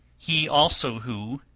he also who,